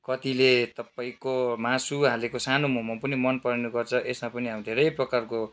कतिले तपाईँको मासु हालेको सानो मोमो पनि मन पराउने गर्छ यसमा पनि हामीले धेरै प्रकारको